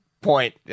point